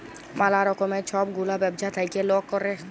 ম্যালা রকমের ছব গুলা ব্যবছা থ্যাইকে লক ক্যরে